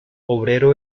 obrero